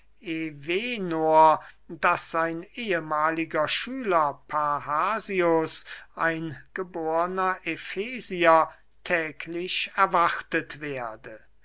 daß sein ehmahliger schüler parrhasius ein geborner efesier täglich erwartet werde